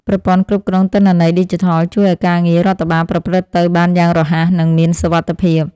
ប្រព័ន្ធគ្រប់គ្រងទិន្នន័យឌីជីថលជួយឱ្យការងាររដ្ឋបាលប្រព្រឹត្តទៅបានយ៉ាងរហ័ស និងមានសុវត្ថិភាព។